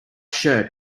shirt